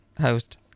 host